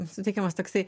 suteikiamas toksai